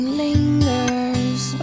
lingers